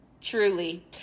truly